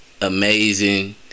amazing